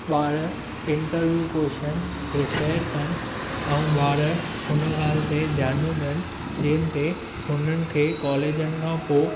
ॿार interview questions prepare कनि ऐं ॿार हुन ॻाल्हि ते ध्यानु ॾियनि जिन ते हुननि खे कॉलेजनि खां पोइ